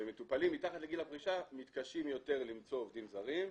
שמטופלים מתחת לגיל הפרישה מתקשים יותר למצוא עובדים זרים.